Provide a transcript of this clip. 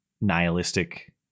nihilistic